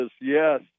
yes